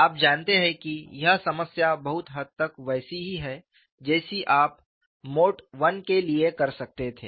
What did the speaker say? आप जानते हैं कि यह समस्या बहुत हद तक वैसी ही है जैसी आप मोड I के लिए कर सकते थे